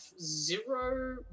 zero